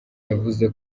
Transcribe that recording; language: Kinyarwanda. yavuze